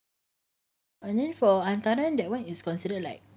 and then for hantaran that one is considered like